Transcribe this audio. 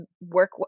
work